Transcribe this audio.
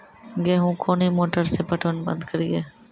गेहूँ कोनी मोटर से पटवन बंद करिए?